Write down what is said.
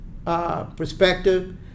Perspective